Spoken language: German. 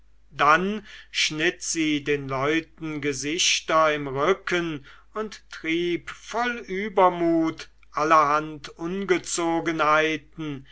dann schnitt sie den leuten gesichter im rücken und trieb voll übermut allerhand ungezogenheiten